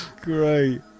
Great